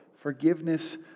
Forgiveness